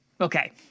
Okay